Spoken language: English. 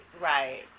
right